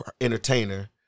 entertainer